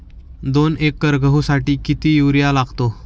दोन एकर गहूसाठी किती युरिया लागतो?